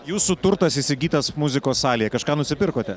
jūsų turtas įsigytas muzikos salėje kažką nusipirkote